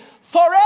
forever